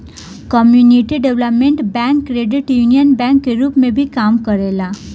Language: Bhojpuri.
community development bank credit union bank के रूप में भी काम करेला